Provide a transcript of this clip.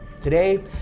Today